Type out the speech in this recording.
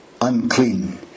unclean